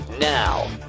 Now